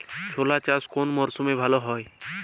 ছোলা চাষ কোন মরশুমে ভালো হয়?